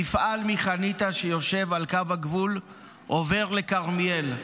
מפעל מחניתה שיושב על קו הגבול עובר לכרמיאל,